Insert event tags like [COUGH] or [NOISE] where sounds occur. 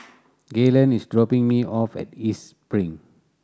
[NOISE] Gaylen is dropping me off at East Spring